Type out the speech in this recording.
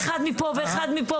ואחד מפה,